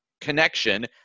connection